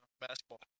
basketball